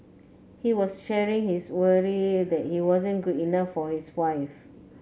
he was sharing his worry that he wasn't good enough for his wife